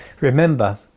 Remember